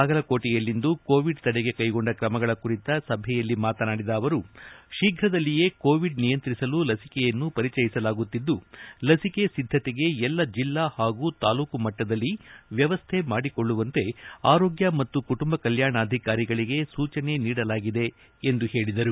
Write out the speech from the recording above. ಬಾಗಲಕೋಟೆಯಲ್ಲಿಂದು Covid ತಡೆಗೆ ಕೈಗೊಂಡ ಕ್ರಮಗಳ ಕುರಿತ ಸಭೆಯಲ್ಲಿ ಮತನಾಡಿದ ಅವರು ಶೀಘದಲ್ಲಿಯೇ ಕೋವಿಡ್ ನಿಯಂತ್ರಿಸಲು ಲಭಿಕೆಯನ್ನು ಪರಿಚಯಿಸಲಾಗುತ್ತಿದ್ದು ಲಭಿಕೆ ಸಿದ್ದತೆಗೆ ಎಲ್ಲಾ ಜಿಲ್ಲಾ ಹಾಗೂ ತಾಲೂಕಾ ಮಟ್ಟದಲ್ಲಿ ವ್ಯವಸ್ಥೆ ಮಾಡಿಕೊಳ್ಳುವಂತೆ ಆರೋಗ್ಯ ಮತ್ತು ಕುಟುಂಬ ಕಲ್ಕಾಣಾಧಿಕಾರಿಗಳಿಗೆ ಸೂಚನೆ ನೀಡಲಾಗಿದೆ ಎಂದು ಹೇಳಿದರು